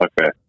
Okay